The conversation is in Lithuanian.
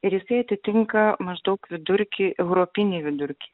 ir jisai atitinka maždaug vidurkį europinį vidurkį